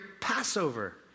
Passover